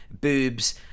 boobs